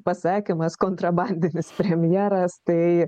pasakymas kontrabandinis premjeras tai